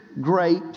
great